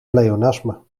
pleonasme